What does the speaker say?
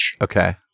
Okay